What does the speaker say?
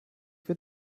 wird